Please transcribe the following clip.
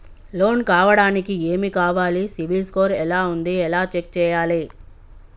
Loan కావడానికి ఏమి కావాలి సిబిల్ స్కోర్ ఎలా ఉంది ఎలా చెక్ చేయాలి?